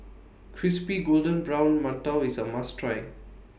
Crispy Golden Brown mantou IS A must Try